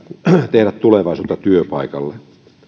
tehdä tulevaisuutta työpaikalle